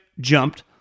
jumped